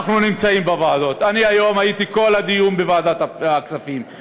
אנחנו נמצאים בוועדות: היום הייתי בכל הדיון בוועדת הכספים,